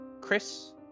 Chris